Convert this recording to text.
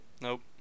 Nope